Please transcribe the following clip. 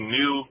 new